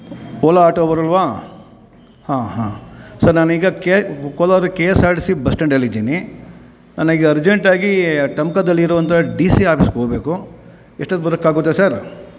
Ola auto ಅವರಲ್ವಾ ಹಾಂ ಹಾಂ ಸರ್ ನಾನೀಗ K Kolar K S R T C ಸ್ಟ್ಯಾಂಡಲ್ಲಿ ಇದ್ದೀನಿ ನನಗೆ ಅರ್ಜೆಂಟಾಗಿ ಟಮ್ಕಾದಲ್ಲಿರುವಂಥ ಡಿ ಸಿ ಆಫೀಸ್ಗೆ ಹೋಗ್ಬೇಕು ಎಷ್ಟೊತ್ಗೆ ಬರಕ್ಕೆ ಆಗುತ್ತೆ ಸರ್